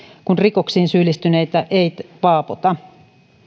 kun rikoksiin syyllistyneitä ei paapota